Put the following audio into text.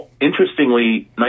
interestingly